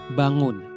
bangun